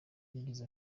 yagize